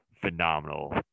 phenomenal